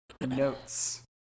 notes